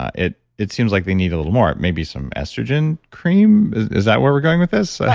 ah it it seems like they need a little more maybe some estrogen cream. is that where we're going with this?